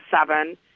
seven